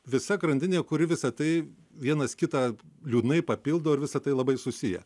visa grandinė kuri visą tai vienas kitą liūdnai papildo ir visa tai labai susiję